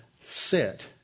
sit